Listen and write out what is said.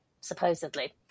Supposedly